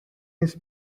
his